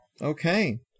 Okay